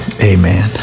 amen